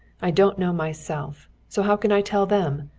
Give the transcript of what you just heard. i don't know myself, so how can i tell them?